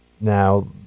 Now